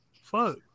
Fuck